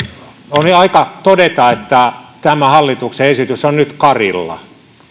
on jo aika todeta että tämä hallituksen esitys on nyt karilla